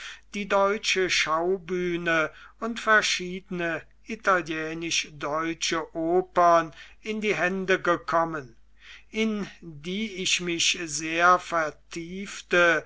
die deutsche schaubühne und verschiedene italienisch deutsche opern in die hände gekommen in die ich mich sehr vertiefte